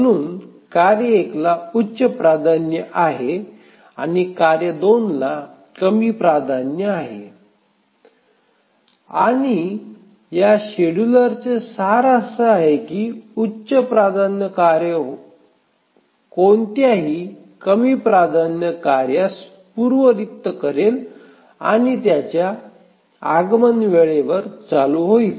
म्हणून कार्य १ ला उच्च प्राधान्य आहे आणि कार्य २ ला कमी प्राधान्य आहे आणि या शेड्यूलरचे सार असा आहे की उच्च प्राधान्य कार्य कोणत्याही कमी प्राधान्य कार्यास पूर्व रिक्त करेल आणि त्याच्या आगमन वेळेवर चालू होईल